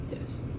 Yes